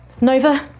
Nova